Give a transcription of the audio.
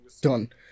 Done